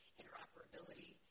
interoperability